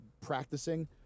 practicing